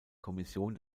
kommission